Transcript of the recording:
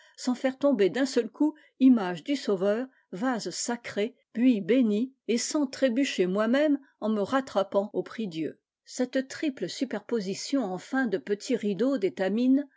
sans faire tomber d'un seul coup image du sauveur vases sacrés buis bénit et sans trébucher moi-même en me rattrapant au prie-dieu cette triple superposition r enfin depetits rideaux d'étamine